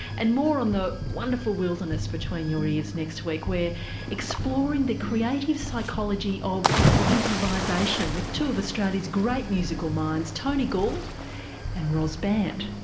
and more on the wonderful wilderness between your ears next week where we're exploring the creative psychology of improvisation with two of australia's great musical minds tony gould and ros bandt.